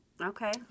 Okay